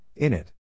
init